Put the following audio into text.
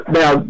now